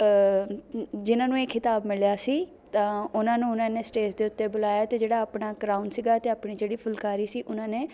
ਜਿਹਨਾਂ ਨੂੰ ਇਹ ਖਿਤਾਬ ਮਿਲਿਆ ਸੀ ਤਾਂ ਉਹਨਾਂ ਨੂੰ ਉਨ੍ਹਾਂ ਨੇ ਸਟੇਜ ਦੇ ਉੱਤੇ ਬੁਲਾਇਆ ਅਤੇ ਜਿਹੜਾ ਆਪਣਾ ਕਰਾਊਨ ਸੀਗਾ ਅਤੇ ਆਪਣੀ ਜਿਹੜੀ ਫੁੱਲਕਾਰੀ ਸੀ ਉਹਨਾਂ ਨੇ